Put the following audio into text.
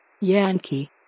Yankee